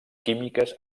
químiques